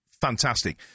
fantastic